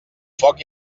foc